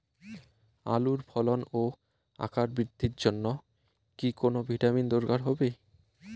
আলুর ফলন ও আকার বৃদ্ধির জন্য কি কোনো ভিটামিন দরকার হবে?